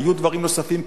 היו דברים נוספים,